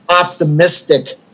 optimistic